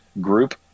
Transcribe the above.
group